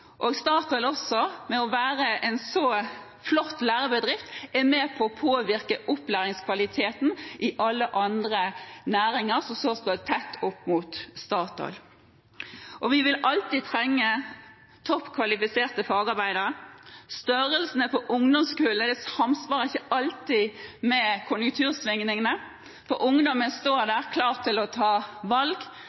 er Statoil også med på å påvirke opplæringskvaliteten i alle andre næringer som står tett opp mot Statoil. Vi vil alltid trenge topp kvalifiserte fagarbeidere. Størrelsen på ungdomskullene samsvarer ikke alltid med konjunktursvingningene. Når ungdommen står der klar til å ta valg,